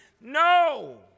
No